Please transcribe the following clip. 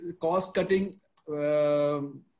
Cost-cutting